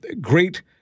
great